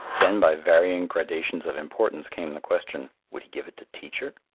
then by varying gradations of importance came the question, would he give it to teacher?